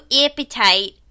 appetite